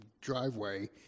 driveway